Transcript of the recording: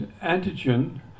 antigen